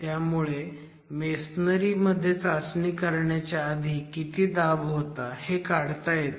त्यामुळे मेसनरी मध्ये चाचणी करण्याच्या आधी किती दाब होता हे काढता येतं